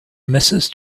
mrs